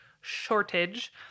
shortage